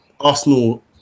arsenal